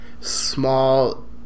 small